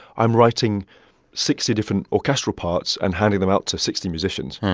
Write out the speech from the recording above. i'm writing sixty different orchestral parts and handing them out to sixty musicians.